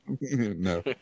no